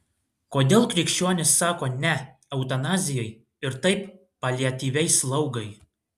kodėl krikščionys sako ne eutanazijai ir taip paliatyviai slaugai